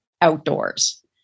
outdoors